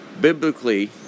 biblically